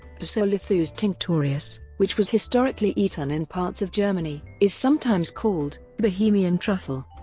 pisolithus tinctorius, which was historically eaten in parts of germany, is sometimes called bohemian truffle.